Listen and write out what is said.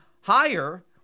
higher